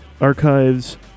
archives